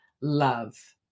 love